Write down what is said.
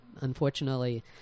unfortunately